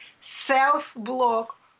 self-block